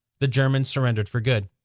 the germans surrendered for good.